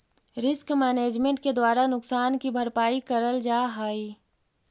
risk management के द्वारा नुकसान की भरपाई करल जा हई